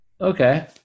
Okay